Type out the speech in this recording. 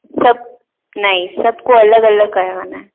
सब नहीं सबको अलग अलग करवाना है